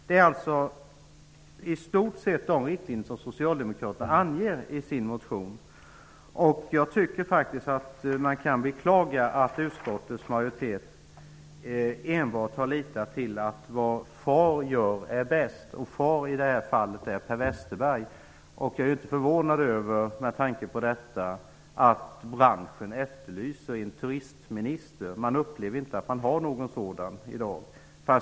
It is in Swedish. Det är i stort sett de riktlinjer som socialdemokraterna anger i sin motion. Jag tycker faktiskt att man kan beklaga att utskottets majoritet enbart har litat till att ''det far gör är bäst''. ''Far'' är i detta fall Per Westerberg. Jag är med tanke på detta inte förvånad över att branschen efterlyser en turistminister. Man upplever inte att man har någon sådan i dag.